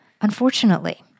unfortunately